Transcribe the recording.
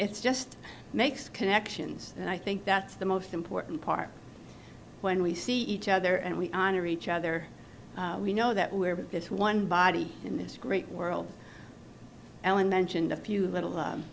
it's just makes connections and i think that's the most important part when we see each other and we honor each other we know that we're this one body in this great world ellen mentioned a few little